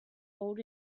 old